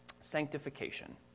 sanctification